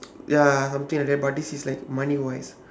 ya something like that but this is like money wise